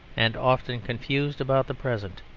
and often confused about the present.